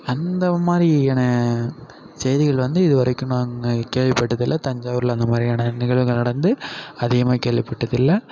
அந்தமாதிரியான செய்திகள் வந்து இதுவரைக்கும் நாங்கள் கேள்விப்பட்டதில்லை தஞ்சாவூரில் அந்தமாதிரியான நிகழ்வுகள் நடந்து அதிகமாக கேள்விப்பட்டதில்லை